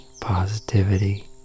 positivity